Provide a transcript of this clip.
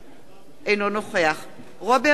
אינו נוכח רוברט טיבייב,